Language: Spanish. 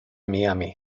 miami